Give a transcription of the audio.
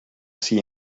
see